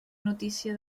notícia